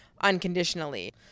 unconditionally